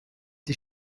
die